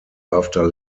after